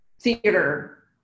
theater